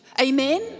Amen